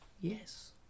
Yes